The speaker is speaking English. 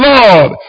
Lord